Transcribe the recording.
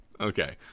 Okay